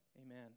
Amen